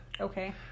okay